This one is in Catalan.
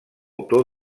autor